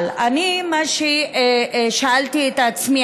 אבל מה ששאלתי את עצמי,